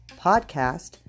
podcast